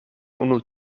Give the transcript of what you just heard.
unu